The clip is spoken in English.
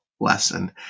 lesson